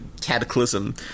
cataclysm